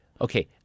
Okay